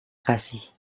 kasih